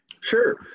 sure